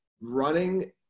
running